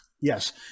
Yes